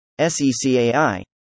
Secai